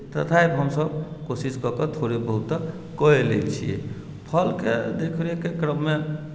तथापि हमसभ कोशिश कऽ कऽ थोड़े बहुत तऽ कए लैत छियै फलके देख रेखके क्रममे